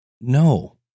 No